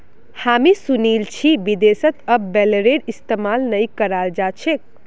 हामी सुनील छि विदेशत अब बेलरेर इस्तमाल नइ कराल जा छेक